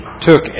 took